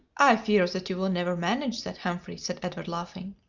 i fear that you will never manage that, humphrey, said edward, laughing.